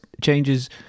changes